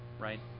right